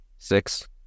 six